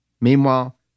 Meanwhile